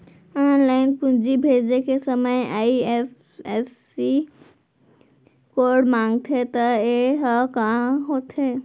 Online पूंजी भेजे के समय आई.एफ.एस.सी कोड माँगथे त ये ह का होथे?